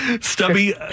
Stubby